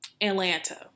Atlanta